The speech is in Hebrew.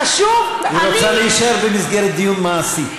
חשוב, אני, היא רוצה להישאר במסגרת דיון מעשי.